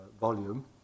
volume